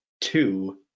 two